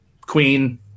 queen